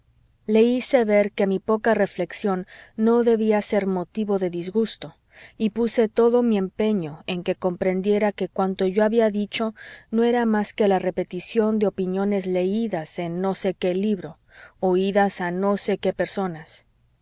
le hice ver que mi poca reflexión no debía ser motivo de disgusto y puse todo mi empeño en que comprendiera que cuanto yo había dicho no era más que la repetición de opiniones leídas en no sé qué libro oídas a no sé qué personas